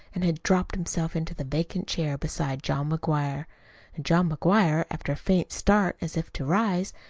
and had dropped himself into the vacant chair beside john mcguire and john mcguire, after a faint start as if to rise,